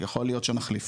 יכול להיות שנחליף,